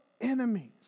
enemies